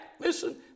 listen